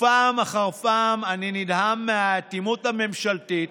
ופעם אחר פעם אני נדהם מהאטימות הממשלתית